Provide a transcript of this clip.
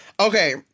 Okay